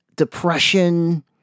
depression